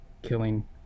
killing